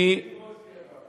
חוק ההסדרה.